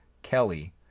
kelly